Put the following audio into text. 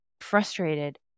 frustrated